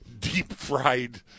Deep-fried